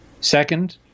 second